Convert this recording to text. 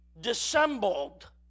dissembled